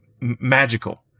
magical